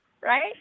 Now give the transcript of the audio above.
Right